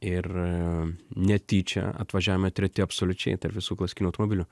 ir netyčia atvažiavome treti absoliučiai tarp visų klasikinių automobilių